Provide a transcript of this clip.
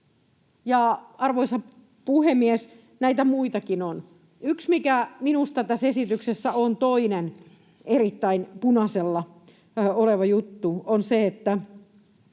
Arvoisa puhemies! Näitä muitakin on. Yksi, mikä minusta tässä esityksessä on toinen erittäin punaisella oleva juttu, on se, että